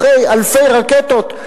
אחרי אלפי רקטות,